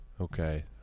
Okay